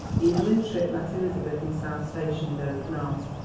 evelyn tripp met elizabeth in south station with open arms.